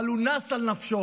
אבל הוא נס על נפשו,